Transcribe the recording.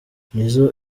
nizzo